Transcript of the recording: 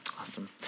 Awesome